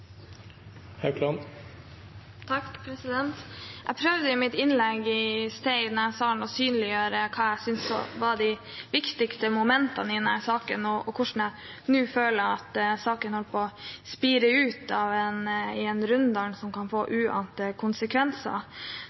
Jeg prøvde i mitt innlegg i sted i denne salen å synliggjøre hva jeg syntes var de viktigste momentene i denne saken, og hvordan jeg nå føler at saken holder på å «spire ut» i en runddans som kan få uante konsekvenser.